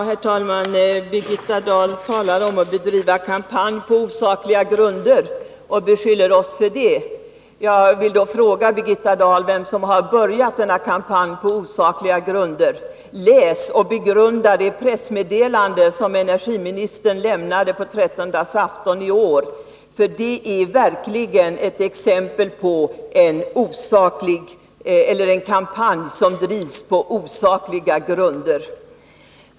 Herr talman! Birgitta Dahl beskyllde oss för att bedriva en kampanj på osakliga grunder. Jag vill då fråga Birgitta Dahl vem som har börjat denna kampanj. Läs och begrunda det pressmeddelande som energiministern lämnade på trettondagsafton i år! Det är verkligen ett exempel på en kampanj som bedrivs på osakliga grunder.